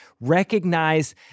Recognize